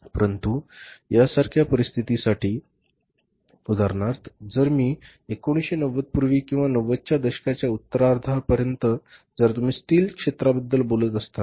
परंतु यासारख्या परिस्थितीसाठी उदाहरणार्थ जर मी 1990 पूर्वी किंवा 90 च्या दशकाच्या उत्तरार्धापर्यंत जर तुम्ही स्टील क्षेत्राबद्दल बोलत असताल